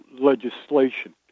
legislation